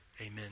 Amen